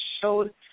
showed